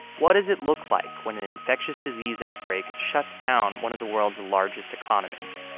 what does it look like when an infectious disease outbreak shuts down one of the world's largest economies?